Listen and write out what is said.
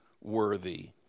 worthy